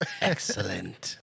Excellent